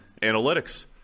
analytics